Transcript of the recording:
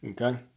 okay